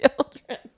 children